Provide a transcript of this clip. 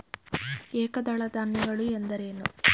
ಏಕದಳ ಧಾನ್ಯಗಳು ಎಂದರೇನು?